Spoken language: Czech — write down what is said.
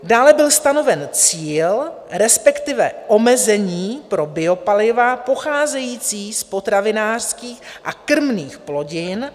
Dále byl stanoven cíl, respektive omezení pro biopaliva pocházející z potravinářských a krmných plodin.